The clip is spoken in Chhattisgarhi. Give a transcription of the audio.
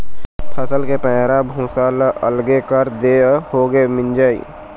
फसल के पैरा भूसा ल अलगे कर देए होगे मिंजई